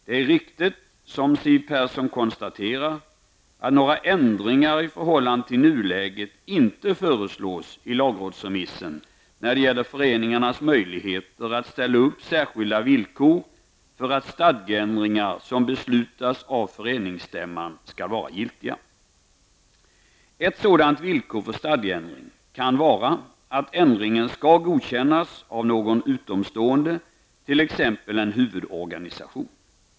Det är riktigt som Siw Persson konstaterar att några ändringar i förhållande till nuläget inte föreslås i lagrådsremissen när det gäller föreningarnas möjligheter att ställa upp särskilda villkor för att stadgeändringar som beslutas av föreningsstämman skall vara giltiga. Ett sådant villkor för stadgeändring kan vara att ändringen skall godkännas av någon utomstående, t.ex. en huvudorganisation.